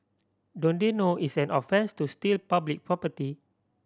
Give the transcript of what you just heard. don't they know it's an offence to steal public property